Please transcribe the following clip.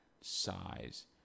size